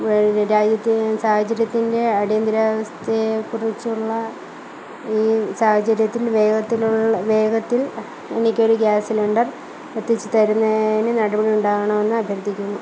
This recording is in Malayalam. രാജ്യത്തെ സാഹചര്യത്തിന്റെ അടിയന്തിരാവസ്ഥയെ കുറിച്ചുള്ള ഈ സാഹചര്യത്തില് വേഗത്തിലുള്ള വേഗത്തില് എനിക്കൊരു ഗ്യാസ് സിലിണ്ടര് എത്തിച്ചുതരുന്നതിന് നടപടി ഉണ്ടാകണമെന്ന് അഭ്യര്ത്ഥിക്കുന്നു